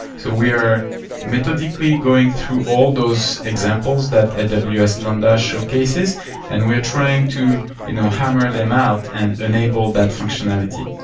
so we are methodically going through all those examples that and but aws lambda showcases and we're trying to you know hammer them out and enable that functionality.